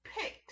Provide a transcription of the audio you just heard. picked